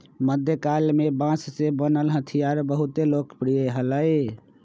मध्यकाल में बांस से बनल हथियार बहुत लोकप्रिय हलय